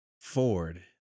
ford